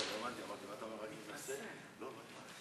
אדוני יושב-ראש